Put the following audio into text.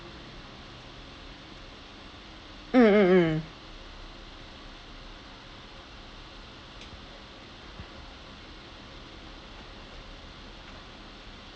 mm mm mm